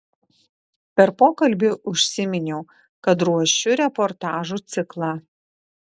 per pokalbį užsiminiau kad ruošiu reportažų ciklą